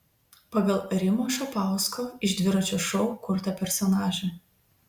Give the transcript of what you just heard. pagal rimo šapausko iš dviračio šou kurtą personažą